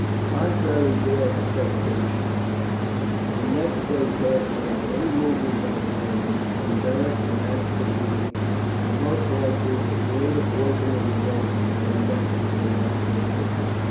contrary to expectation the next day passed without any movement by the romans, and beric and aska agreed that most likely the greater portion of the boats had gone back to bring up more troops.